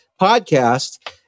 podcast